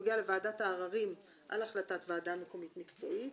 הוא נוגע לוועדת העררים על החלטת ועדה מקומית-מקצועית.